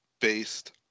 based